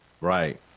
Right